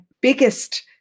biggest